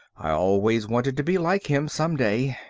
i always wanted to be like him, someday.